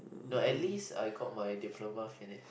no at least I got my Diploma finished